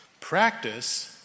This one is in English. practice